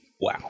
Wow